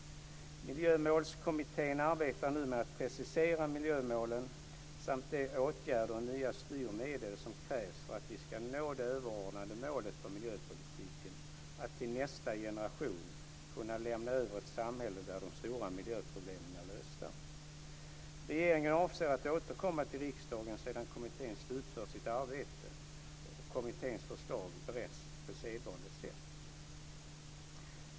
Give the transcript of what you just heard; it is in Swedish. Miljömålskommittén arbetar nu med att precisera miljömålen samt de åtgärder och nya styrmedel som krävs för att vi ska nå det överordnade målet för miljöpolitiken att till nästa generation kunna lämna över ett samhälle där de stora miljöproblemen är lösta. Regeringen avser att återkomma till riksdagen sedan kommittén slutfört sitt arbete och kommitténs förslag beretts på sedvanligt sätt.